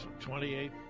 28